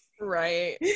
Right